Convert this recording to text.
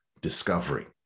discovery